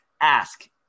ask